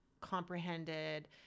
comprehended